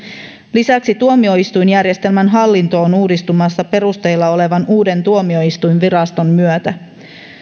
lisäksi tuomioistuinjärjestelmän hallinto on uudistumassa perusteilla olevan uuden tuomioistuinviraston myötä